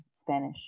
spanish